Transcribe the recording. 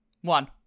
One